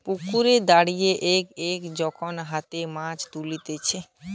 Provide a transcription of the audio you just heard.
পুকুরে দাঁড়িয়ে এক এক যখন হাতে মাছ তুলতিছে